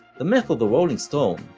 the myth of the rolling stone,